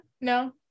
No